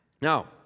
Now